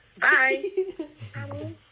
bye